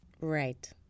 Right